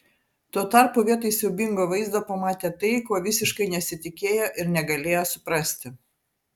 tuo tarpu vietoj siaubingo vaizdo pamatė tai ko visiškai nesitikėjo ir negalėjo suprasti